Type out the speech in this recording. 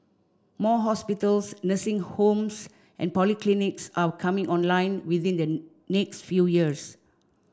more hospitals nursing homes and polyclinics are coming online within the next few years